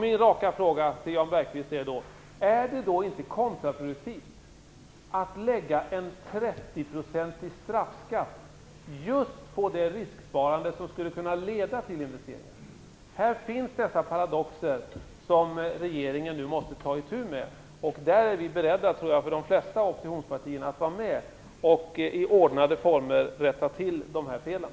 Min raka fråga till Jan Bergqvist blir: Är det inte kontraproduktivt att lägga en 30-procentig straffskatt just på det risksparande som skulle kunna leda till investeringar? Här finns dessa paradoxer som regeringen nu måste ta itu med. Jag tror att de flesta av oppositionspartierna är beredda att vara med och i ordnade former rätta till de här felen.